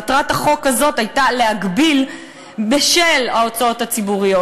מטרת החוק הזה הייתה להגביל בשל ההוצאות הציבוריות,